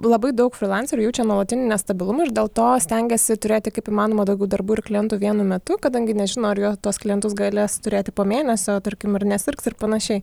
labai daug frylancerių jaučia nuolatinį nestabilumą ir dėl to stengiasi turėti kaip įmanoma daugiau darbų ir klientų vienu metu kadangi nežino ar tuos klientus galės turėti po mėnesio tarkim ar nesirgs ir panašiai